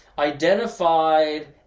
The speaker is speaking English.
identified